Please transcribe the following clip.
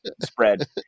spread